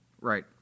Right